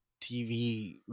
TV